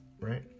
right